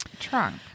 trunk